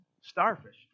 starfish